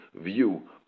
view